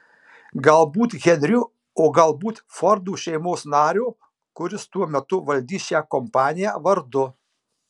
galbūt henriu o galbūt fordų šeimos nario kuris tuo metu valdys šią kompaniją vardu